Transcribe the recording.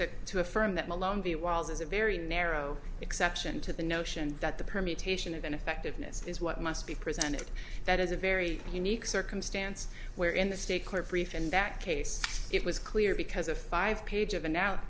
to to affirm that malone the walls is a very narrow exception to the notion that the permutation of ineffectiveness is what must be presented that is a very unique circumstance where in the state court brief in that case it was clear because a five page of a now